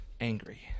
angry